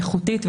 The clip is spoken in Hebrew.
איכותית,